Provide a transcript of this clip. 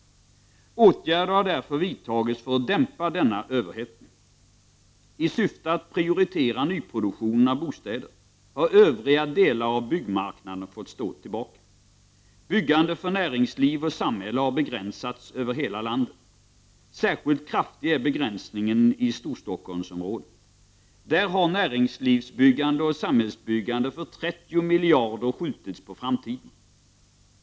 Åtgärder har därför vidtagits för att dämpa överhettningen. I syfte att prioritera nyproduktionen av bostäder har övriga delar av byggmarknaden fått stå tillbaka. Byggande för näringsliv och samhälle har begränsats över hela landet. Särskilt kraftig är begränsningen i Storstockholmsområdet. Där har näringslivsbyggande och samhällsbyggande för 30 miljarder skjutits på framtiden.